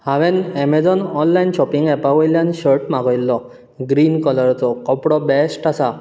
हांवेन Amazon online shopping एपा वयल्यान शर्ट मागयल्लो ग्रीन कलरचो कपडो बेस्ट आसा